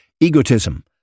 egotism